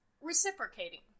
Reciprocating